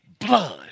Blood